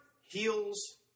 heals